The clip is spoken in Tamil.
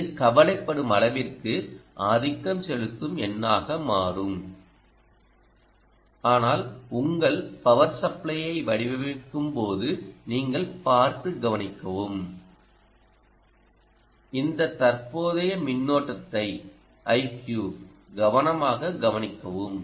இது கவலைப்படும் அளவிற்கு ஆதிக்கம் செலுத்தும் எண்ணாக மாறும் அதனால் உங்கள் பவர் சப்ளையை வடிவமைக்கும் போது நீங்கள் பார்த்துக் கவனிக்கவும் இந்த தற்போதைய மின்னோட்டத்தை கவனமாக கவனிக்கவும்